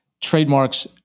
trademarks